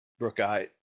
brookite